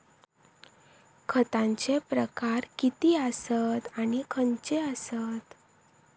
खतांचे प्रकार किती आसत आणि खैचे आसत?